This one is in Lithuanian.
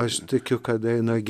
aš tikiu kad eina ge